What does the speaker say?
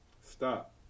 Stop